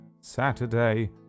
saturday